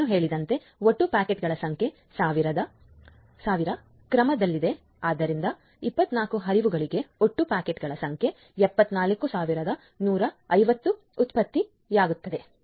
ನಾನು ಹೇಳಿದಂತೆ ಒಟ್ಟು ಪ್ಯಾಕೆಟ್ಗಳ ಸಂಖ್ಯೆ 1000 ರ ಕ್ರಮದಲ್ಲಿದೆ ಆದ್ದರಿಂದ 24 ಹರಿವುಗಳಿಗೆ ಒಟ್ಟು ಪ್ಯಾಕೆಟ್ಗಳ ಸಂಖ್ಯೆ 74150 ಉತ್ಪತ್ತಿಯಾಗುತ್ತದೆ